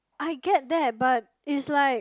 I get that but is like